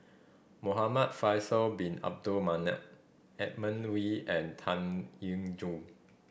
Muhamad Faisal Bin Abdul Manap Edmund Wee and Tan Eng Joo